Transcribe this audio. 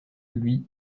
lui